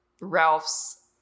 Ralph's